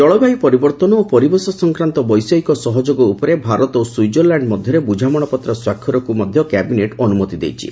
ଜଳବାୟୁ ପରିବର୍ତ୍ତନ ଓ ପରିବେଶ ସଂକ୍ରାନ୍ତ ବୈଷୟିକ ସହଯୋଗ ଉପରେ ଭାରତ ଓ ସ୍କୁଇଜରଲ୍ୟାଣ୍ଡ ମଧ୍ୟରେ ବୁଝାମଣାପତ୍ର ସ୍ୱାକ୍ଷରକୁ ମଧ୍ୟ କ୍ୟାବିନେଟ୍ ଅନୁମତି ଦେଇଛି